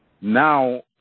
now